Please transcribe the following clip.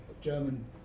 German